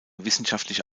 wissenschaftliche